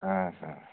آسا آسا